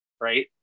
right